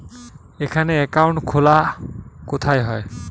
এখানে অ্যাকাউন্ট খোলা কোথায় হয়?